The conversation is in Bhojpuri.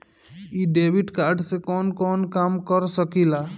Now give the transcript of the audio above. इ डेबिट कार्ड से कवन कवन काम कर सकिला?